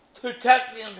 protecting